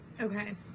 Okay